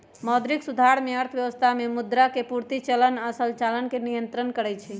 मौद्रिक सुधार में अर्थव्यवस्था में मुद्रा के पूर्ति, चलन आऽ संचालन के नियन्त्रण करइ छइ